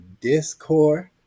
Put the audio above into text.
Discord